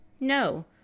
No